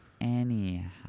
anyhow